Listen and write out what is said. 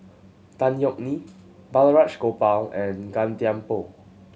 Tan Yeok Nee Balraj Gopal and Gan Thiam Poh